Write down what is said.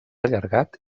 allargat